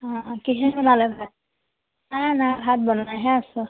অঁ কিহে বনালে ভাত নাই নাই ভাত বনাইহে আছোঁ